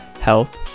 health